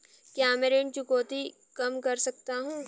क्या मैं ऋण चुकौती कम कर सकता हूँ?